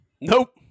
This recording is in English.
Nope